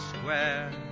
Square